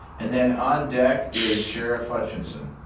and then on deck is sarah hutchinson.